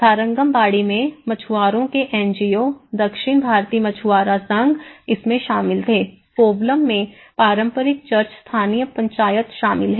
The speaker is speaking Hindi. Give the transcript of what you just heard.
थारंगमबाड़ी में मछुआरों के एन जी ओ दक्षिण भारतीय मछुआरा संघ इसमें शामिल थे कोवलम में पारंपरिक चर्च स्थानीय पंचायत शामिल है